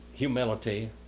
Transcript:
humility